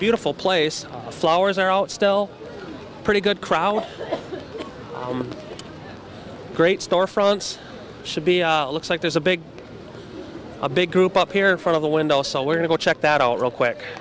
beautiful place flowers are all still pretty good crowd great store fronts should be looks like there's a big a big group up here in front of the window so we're going to check that out real quick